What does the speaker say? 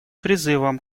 призывом